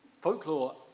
folklore